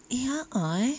eh a'ah eh